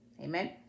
Amen